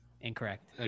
Incorrect